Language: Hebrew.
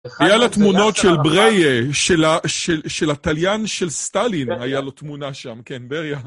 היה לה תמונות של בראיה, של הטליין של סטלין, היה לו תמונה שם, כן, בריה?